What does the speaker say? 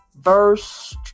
verse